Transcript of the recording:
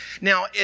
Now